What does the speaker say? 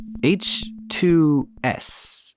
H2S